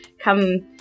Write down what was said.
come